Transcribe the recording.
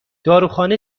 داروخانه